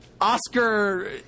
Oscar